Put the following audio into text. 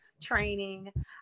training